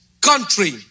country